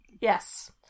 Yes